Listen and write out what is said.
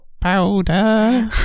powder